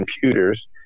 computers